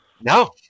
no